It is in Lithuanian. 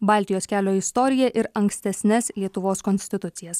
baltijos kelio istoriją ir ankstesnes lietuvos konstitucijas